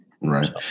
Right